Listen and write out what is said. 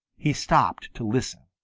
he stopped to listen.